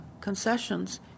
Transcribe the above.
concessions